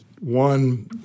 One